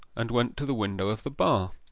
and went to the window of the bar.